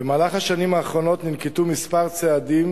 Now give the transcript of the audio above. במהלך השנים האחרונות ננקטו כמה צעדים